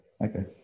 Okay